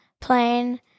playing